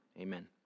amen